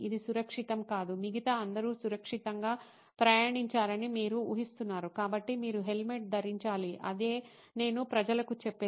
ఇది సురక్షితం కాదు మిగతా అందరూ సురక్షితంగా ప్రయాణించారని మీరు ఊహిస్తున్నారు కాబట్టి మీరు హెల్మెట్ ధరించాలి అదే నేను ప్రజలకు చెప్పేది